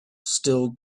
still